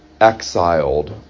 exiled